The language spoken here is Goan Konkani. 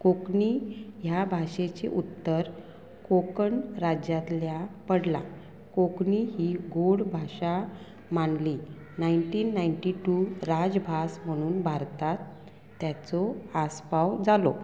कोंकणी ह्या भाशेची उत्तर कोंकण राज्यांतल्या पडला कोंकणी ही गोड भाशा मानली नायन्टीन नायटी टू राजभास म्हणून भारतांत तेचो आस्पाव जालो